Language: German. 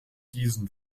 diesen